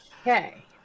Okay